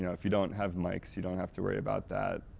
yeah if you don't have mics, you don't have to worry about that.